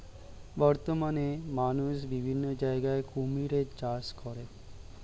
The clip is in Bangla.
বর্তমানে মানুষ বিভিন্ন জায়গায় কুমিরের চাষ করে